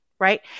Right